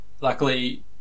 Luckily